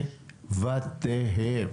בבתיהם.